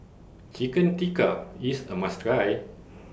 Chicken Tikka IS A must Try